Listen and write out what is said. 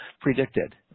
predicted